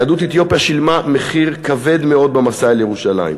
יהדות אתיופיה שילמה מחיר כבד מאוד במסע אל ירושלים,